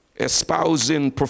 espousing